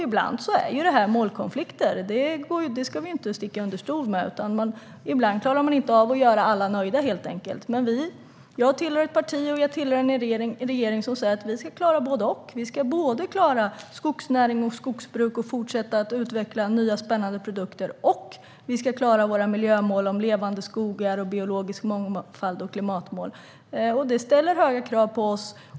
Ibland är det här målkonflikter; det ska vi inte sticka under stol med. Ibland klarar man inte av att göra alla nöjda, helt enkelt. Jag tillhör ett parti och en regering som säger att vi ska klara både och. Vi ska klara skogsnäring och skogsbruk och fortsätta att utveckla nya och spännande produkter, och vi ska klara våra miljömål om levande skogar, biologisk mångfald och klimatmål. Det ställer höga krav på oss.